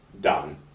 done